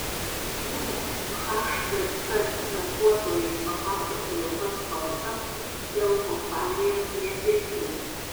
buvę htc darbuotojai papasakojo kas kaltas dėl kompanijos nesėkmių